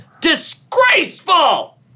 DISGRACEFUL